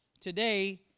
Today